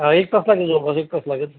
ह एक वाजता घेतो बस एक तास लागेल